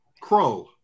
crow